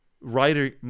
writer